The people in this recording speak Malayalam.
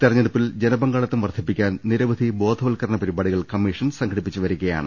തെരഞ്ഞെടുപ്പിൽ ജനപങ്കാളിത്തം വർദ്ധിപ്പിക്കാൻ നിരവധി ബോധവത്ക രണ പരിപാടികൾ കമ്മീഷൻ സംഘടിപ്പിച്ചുവരികയാണ്